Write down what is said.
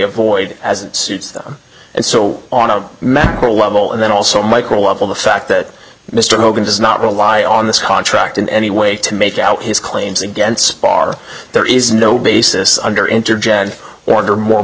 avoid as it suits them and so on a macro level and then also micro level the fact that mr hogan does not rely on this contract in any way to make out his claims against bar there is no basis under interjected order more